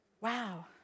Wow